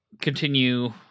continue